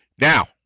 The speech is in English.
Now